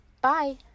Bye